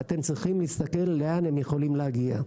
אתם צריכים להסתכל לאן הם יכולים להגיע.